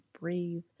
breathe